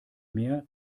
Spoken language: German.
mehr